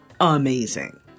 Amazing